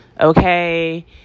Okay